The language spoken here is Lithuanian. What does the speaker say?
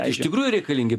a iš tikrųjų reikalingi